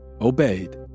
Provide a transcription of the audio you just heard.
obeyed